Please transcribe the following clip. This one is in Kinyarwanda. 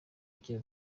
agira